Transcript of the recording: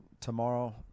tomorrow